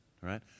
right